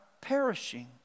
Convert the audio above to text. perishing